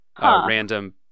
Random